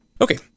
okay